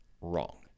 wrong